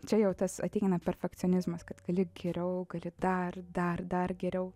čia jau tas ateina perfekcionizmas kad gali geriau gali dar dar dar geriau